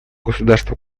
государство